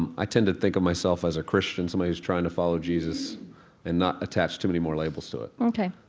and i tend to think of myself as a christian, somebody who's trying to follow jesus and not attach too many more labels to it ok.